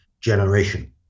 generation